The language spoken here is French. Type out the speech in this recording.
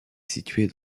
située